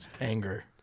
anger